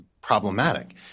problematic